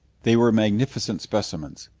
they were magnificent specimens.